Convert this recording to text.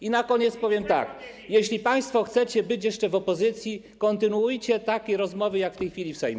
I na koniec powiem tak: jeśli państwo chcecie być jeszcze w opozycji, kontynuujcie takie rozmowy jak w tej chwili w Sejmie.